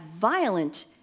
violent